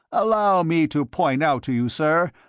allow me to point out to you, sir,